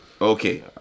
Okay